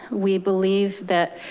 we believe that,